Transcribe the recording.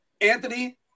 Anthony